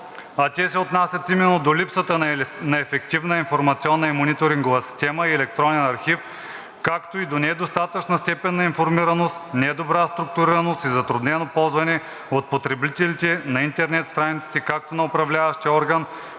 А те се отнасят именно до липсата на ефективна информационна и мониторингова система и електронен архив, както и до недостатъчна степен на информираност, недобра структурираност и затруднено ползване от потребителите на интернет страниците както на управляващия орган